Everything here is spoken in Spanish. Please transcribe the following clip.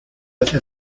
asia